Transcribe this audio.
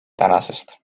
tänasest